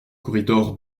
corridor